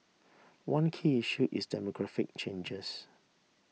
one key issue is demographic changes